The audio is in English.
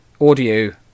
audio